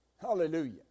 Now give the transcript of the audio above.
Hallelujah